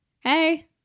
hey